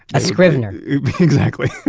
a scrivener exactly.